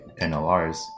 NLRs